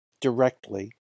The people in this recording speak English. directly